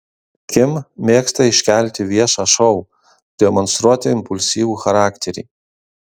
kim mėgsta iškelti viešą šou demonstruoti impulsyvų charakterį